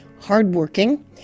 hardworking